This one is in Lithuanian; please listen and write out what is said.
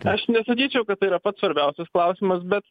aš nesakyčiau kad tai yra pats svarbiausias klausimas bet